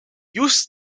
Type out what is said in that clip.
just